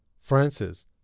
Francis